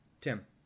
Tim